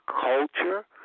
culture